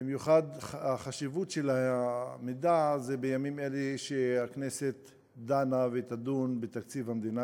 במיוחד יש חשיבות למידע הזה בימים אלה שהכנסת דנה ותדון בתקציב המדינה,